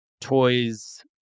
toys